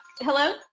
Hello